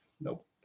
Nope